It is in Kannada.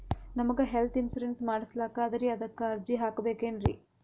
ನಮಗ ಹೆಲ್ತ್ ಇನ್ಸೂರೆನ್ಸ್ ಮಾಡಸ್ಲಾಕ ಅದರಿ ಅದಕ್ಕ ಅರ್ಜಿ ಹಾಕಬಕೇನ್ರಿ?